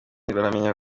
bamenyaniye